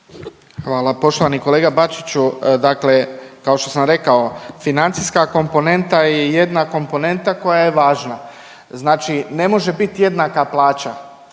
Hvala. Poštovani kolega Bačiću, dakle kao što sam rekao financijska komponenta je jedna komponenta koja je važna znači ne može biti jednaka plaća